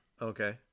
okay